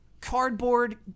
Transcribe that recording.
cardboard